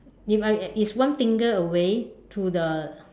if I it's one finger away to the